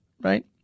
right